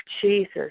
Jesus